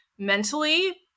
mentally